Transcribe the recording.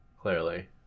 Clearly